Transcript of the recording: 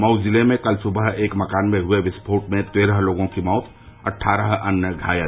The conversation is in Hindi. मऊ जिले में कल सुबह एक मकान में हुए विस्फोट में तेरह लोगों की मौत अट्ठारह अन्य घायल